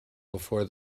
before